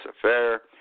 affair